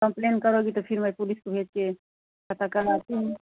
complain करोगी तो फिर मैं पुलिस को भेज कर पता करवाती हूँ